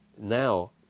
now